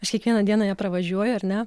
aš kiekvieną dieną ją pravažiuoju ar ne